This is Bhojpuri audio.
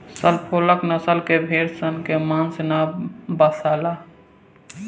सफोल्क नसल के भेड़ सन के मांस ना बासाला